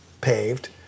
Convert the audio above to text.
paved